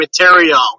material